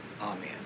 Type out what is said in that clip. Amen